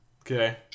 Okay